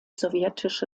sowjetische